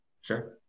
sure